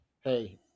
hey